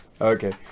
Okay